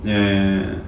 ya ya ya ya